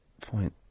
Point